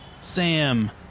Sam